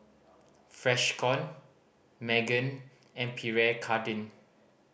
Freshkon Megan and Pierre Cardin